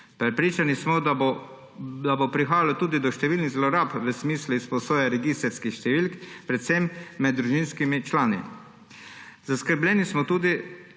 Prepričani smo, da bo prihajalo tudi do številnih zlorab v smislu izposoje registrskih številk predvsem med družinskimi člani. Zaskrbljeni smo tudi,